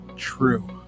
True